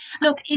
Look